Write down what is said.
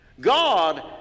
God